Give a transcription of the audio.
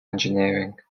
engineering